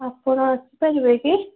ଆପଣ ଆସିପାରିବେ କି